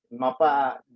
mapa